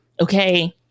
Okay